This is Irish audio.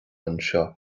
anseo